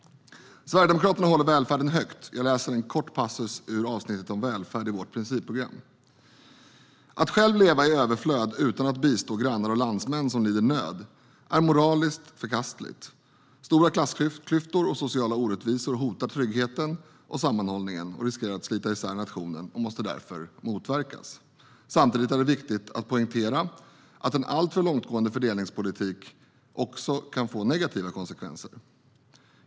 Sverigedemokraterna håller välfärden högt. Jag läser en kort passus ur avsnittet om välfärd i vårt principprogram: "Att själv leva i överflöd utan att bistå grannar och landsmän som lider nöd är moraliskt förkastligt. Stora klassklyftor och sociala orättvisor hotar tryggheten och sammanhållningen, riskerar att slita isär nationen och måste därför motverkas. Samtidigt är det viktigt att poängtera att en alltför långtgående fördelningspolitik också kan få negativa konsekvenser.